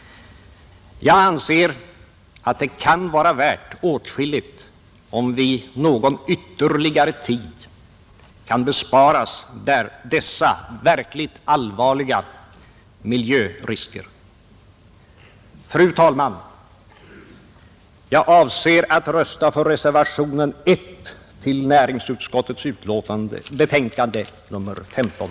Jag anser att det kan vara värt åtskilligt om vi någon ytterligare tid kan besparas dessa verkligt allvarliga miljörisker. Fru talman! Jag avser att rösta för reservationen 1 till näringsutskottets betänkande nr 15.